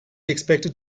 expected